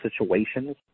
situations